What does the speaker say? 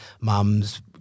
mums